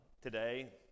today